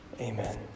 Amen